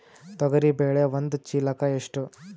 ತೊಗರಿ ಬೇಳೆ ಒಂದು ಚೀಲಕ ಎಷ್ಟು?